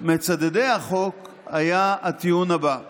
מצדדי החוק היה הטיעון הבא: